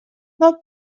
nei